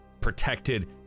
protected